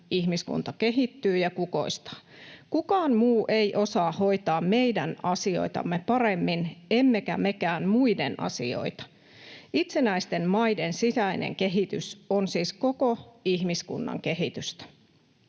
ihmiskunta kehittyy ja kukoistaa. Kukaan muu ei osaa hoitaa meidän asioitamme paremmin, emmekä mekään muiden asioita. Itsenäisten maiden sisäinen kehitys on siis koko ihmiskunnan kehitystä.”